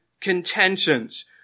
contentions